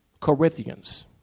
Corinthians